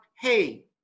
Hey